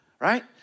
Right